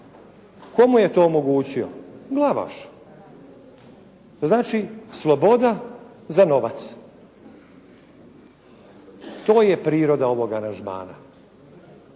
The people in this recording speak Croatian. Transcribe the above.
mu je to omogućio? Glavaš. To znači sloboda za novac. To je priroda ovog aranžmana,